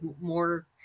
more